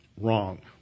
Wrong